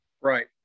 Right